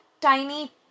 tiny